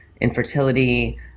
infertility